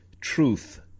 truth